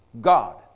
God